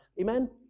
Amen